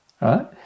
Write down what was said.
right